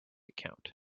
account